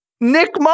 Nick